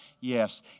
Yes